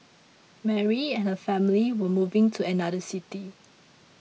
Mary and her family were moving to another city